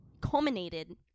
culminated